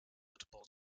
football